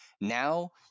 now